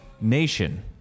nation